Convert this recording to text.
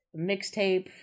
mixtape